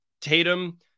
Tatum